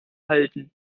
halten